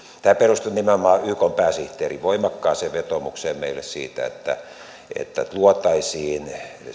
tämä perustui nimenomaan ykn pääsihteerin voimakkaaseen vetoomukseen meille siitä että että luotaisiin